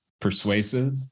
persuasive